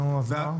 נו, אז מה?